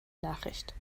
nachricht